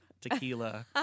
tequila